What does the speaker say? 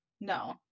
No